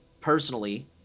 personally